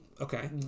Okay